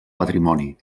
patrimoni